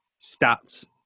stats